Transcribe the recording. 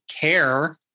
care